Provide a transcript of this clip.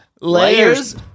layers